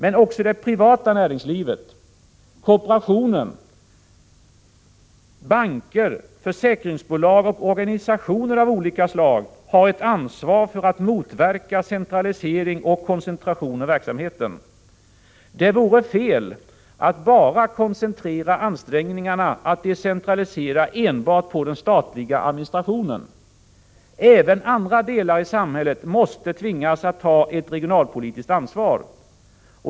Men också det privata näringslivet, kooperationen, banker, försäkringsbolag och organisationer av olika slag har ett ansvar för att motverka centralisering och koncentration av verksamheten. Det vore fel att koncentrera ansträngningarna att decentralisera enbart på den statliga administrationen. Även andra delar i samhället måste tvingas att ta ett regionalpolitiskt ansvar.